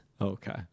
Okay